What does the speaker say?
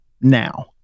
now